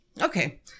Okay